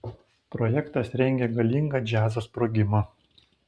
projektas rengia galingą džiazo sprogimą